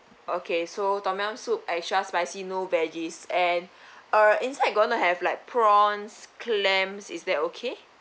okay so tom yum soup extra spicy no veggies and err inside gonna have like prawns clams is that okay